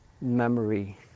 memory